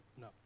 no